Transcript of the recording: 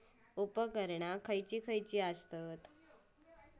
उपकरणे खैयची खैयची आसत?